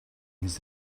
his